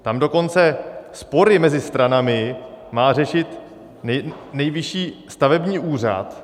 Tam dokonce spory mezi stranami má řešit Nejvyšší stavební úřad.